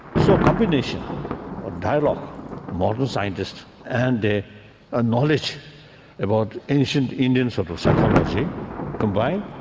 so combination of dialogue modern scientists and their ah knowledge about ancient indian sort of psychology combine,